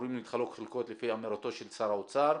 שאמורים להתחלק חלקות לפי אמירתו של שר האוצר.